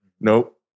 Nope